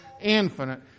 infinite